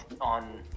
on